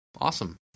awesome